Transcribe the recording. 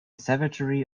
savagery